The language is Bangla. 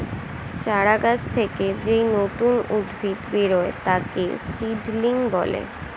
চারা গাছ থেকে যেই নতুন উদ্ভিদ বেরোয় তাকে সিডলিং বলে